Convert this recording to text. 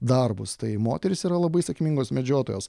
darbus tai moterys yra labai sėkmingos medžiotojos